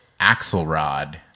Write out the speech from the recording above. Axelrod